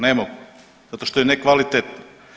Ne mogu, zato što je nekvalitetno.